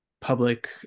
public